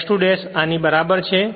X 2 ' આની બરાબર છે